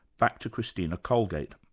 back to christina colegate.